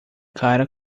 cara